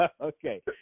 Okay